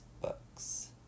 books